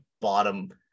bottom